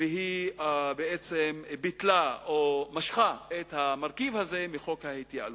והיא בעצם ביטלה או משכה את המרכיב הזה מחוק ההתייעלות.